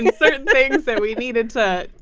yeah sort of things that we needed to.